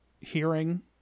hearing